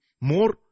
more